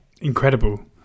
Incredible